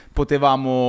potevamo